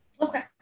okay